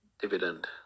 dividend